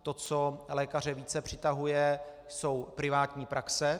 To, co lékaře více přitahuje, jsou privátní praxe.